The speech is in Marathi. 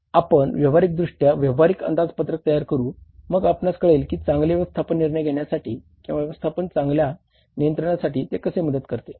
आपण व्यावहारिकदृष्ट्या व्यावहारिक अंदाजपत्रक तयार करू मग आपणास कळेल की चांगले व्यवस्थापन निर्णय घेण्यासाठी किंवा व्यवस्थापनाच्या चांगल्या नियंत्रणासाठी ते कसे मदत करते